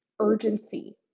urgency